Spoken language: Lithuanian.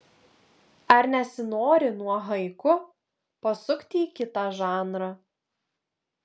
ar nesinori nuo haiku pasukti į kitą žanrą